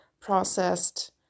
processed